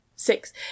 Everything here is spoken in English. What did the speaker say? Six